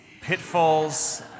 Pitfalls